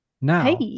Now